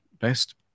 best